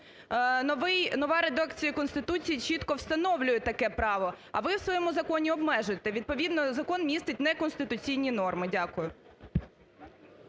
нова редакція Конституції чітко встановлює таке право, а ви в своєму законі обмежуєте, відповідно закон містить неконституційні норми. Дякую.